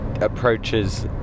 approaches